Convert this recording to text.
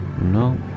No